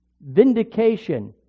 vindication